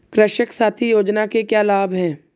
कृषक साथी योजना के क्या लाभ हैं?